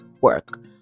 work